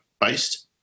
based